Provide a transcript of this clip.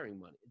money